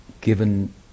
given